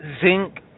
zinc